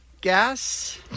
gas